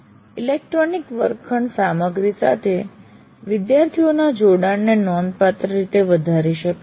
electronic વર્ગખંડ સામગ્રી સાથે વિદ્યાર્થીઓના જોડાણને નોંધપાત્ર રીતે વધારી શકે છે